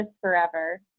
forever